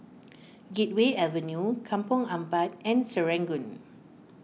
Gateway Avenue Kampong Ampat and Serangoon